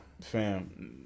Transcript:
fam